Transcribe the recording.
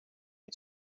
and